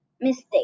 mistake